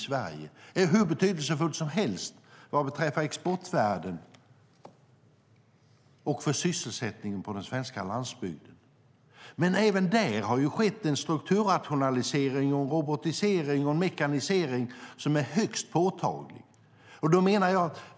Skogen är hur betydelsefull som helst vad beträffar exportvärde och för sysselsättningen på den svenska landsbygden. Men även där har det ju skett en strukturrationalisering, robotisering och mekanisering som är högst påtaglig.